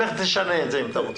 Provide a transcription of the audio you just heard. לך תשנה את זה אם אתה רוצה.